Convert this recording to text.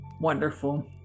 wonderful